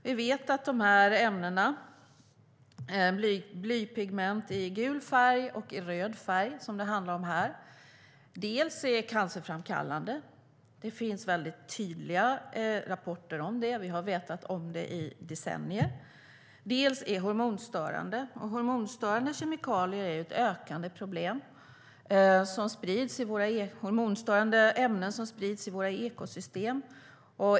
Vi vet att de ämnen, blypigment i gul färg och i röd färg, som det handlar om här, är cancerframkallande. Det finns tydliga rapporter om det. Vi har känt till det i decennier. De är också hormonstörande. Hormonstörande kemikalier är ett ökande problem. Det handlar om hormonstörande ämnen som sprids i våra ekosystem.